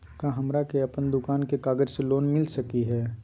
का हमरा के अपन दुकान के कागज से लोन मिलता सकली हई?